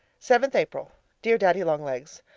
seventh april dear daddy-long-legs,